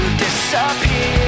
disappear